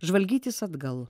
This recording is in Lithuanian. žvalgytis atgal